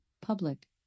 public